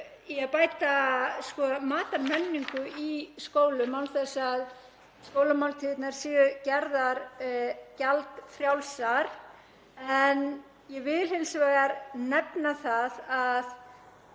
að bæta matarmenningu í skólum án þess að skólamáltíðirnar séu gerðar gjaldfrjálsar. Ég vil hins vegar nefna að með